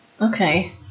Okay